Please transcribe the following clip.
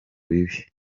bibi